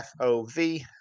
FOV